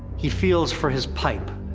he feels for his pipe,